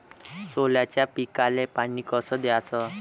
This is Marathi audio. सोल्याच्या पिकाले पानी कस द्याचं?